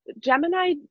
Gemini